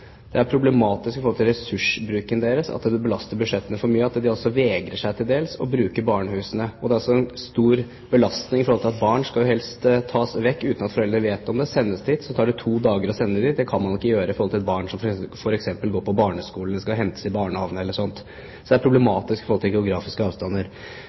er problematisk i forhold til ressursbruken deres, det belaster budsjettene for mye, og de vegrer seg til dels for å bruke barnehusene. Og det er også en stor belastning i forhold til at barn jo helst skal tas vekk uten at foreldrene vet om det, og sendes dit. Så tar det to dager å sende dem dit. Det kan man ikke gjøre med et barn som f.eks. går på barneskole, skal hentes i barnehagen etc. Så det er problematisk i forhold til geografiske avstander.